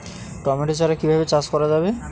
Tomato চারা কিভাবে চাষ করা যাবে?